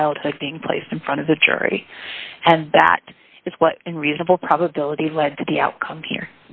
childhood being placed in front of the jury and that is what in reasonable probability led to the outcome here